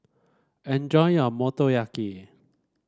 enjoy your Motoyaki